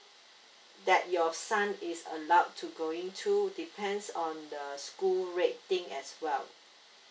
that your son is allowed to going to depends on the school rating as well